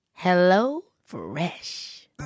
HelloFresh